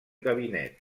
gabinet